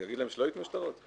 אני אגיד להם שלא ייתנו שטרות?